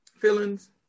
feelings